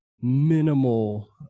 minimal